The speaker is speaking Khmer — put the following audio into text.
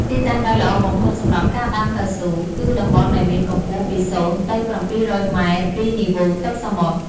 ទីតាំងដែលល្អបំផុតសម្រាប់ការដាំកៅស៊ូ គឺតំបន់ដែលមានកម្ពស់ពី ០ ទៅ ៧០០ ម៉ែត្រពីនីវ៉ូទឹកសមុទ្រ។